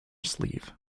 sleeve